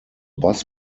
bus